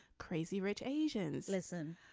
crazy rich asians. listen